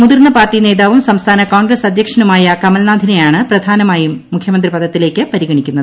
മുതിർന്ന പാർട്ടി നേതാവും സംസ്ഥാന കോൺഗ്രസ് അധ്യക്ഷനുമായ കമൽനാഥിനെയാണ് പ്രധാനമായും മുഖ്യമന്ത്രി പദത്തിലേക്ക് പരിഗണിക്കുന്നത്